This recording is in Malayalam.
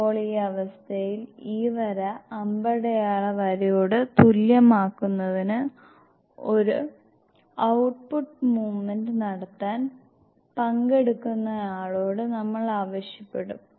ഇപ്പോൾ ഈ അവസ്ഥയിൽ ഈ വര അമ്പടയാള വരയോട് തുല്യമാക്കുന്നതിന് ഒരു ഔട്ട്പുട്ട് മൂവ്മെന്റ് നടത്താൻ പങ്കെടുക്കുന്നയാളോട് നമ്മൾ ആവശ്യപ്പെടും